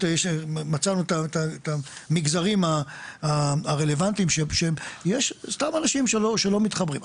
שמצאנו את המגזרים הרלוונטיים יש אנשים מסוימים שלא מתחברים.